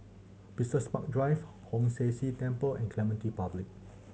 Business Park Drive Hong San See Temple and Clementi Public